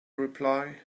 reply